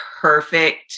perfect